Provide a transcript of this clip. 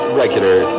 regular